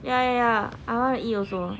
ya ya I want to eat also